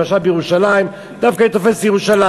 למשל בירושלים, דווקא אני תופס את ירושלים,